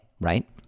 right